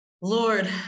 Lord